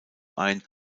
ein